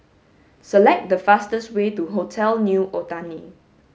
select the fastest way to Hotel New Otani